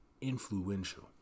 influential